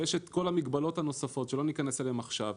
יש את כל המגבלות הנוספות שלא ניכנס אליהן עכשיו,